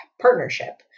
partnership